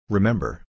Remember